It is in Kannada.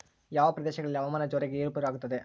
ಯಾವ ಪ್ರದೇಶಗಳಲ್ಲಿ ಹವಾಮಾನ ಜೋರಾಗಿ ಏರು ಪೇರು ಆಗ್ತದೆ?